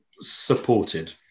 supported